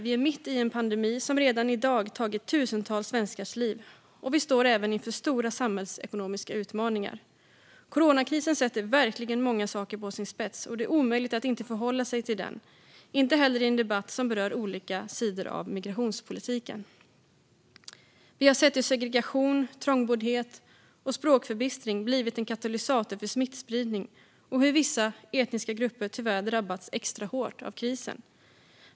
Vi är mitt i en pandemi som redan har tagit tusentals svenskars liv. Vi står även inför stora samhällsekonomiska utmaningar. Coronakrisen ställer verkligen många saker på sin spets, och det är omöjligt att inte förhålla sig till den. Det är omöjligt även i en debatt som berör olika sidor av migrationspolitiken. Vi har sett hur segregation, trångboddhet och språkförbistring blivit en katalysator för smittspridning och hur vissa etniska grupper tyvärr drabbats extra hårt av krisen.